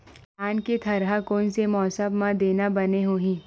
धान के थरहा कोन से मौसम म देना बने होही?